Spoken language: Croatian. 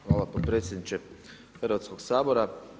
Hvala potpredsjedniče Hrvatskog sabora.